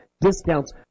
discounts